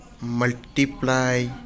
multiply